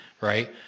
right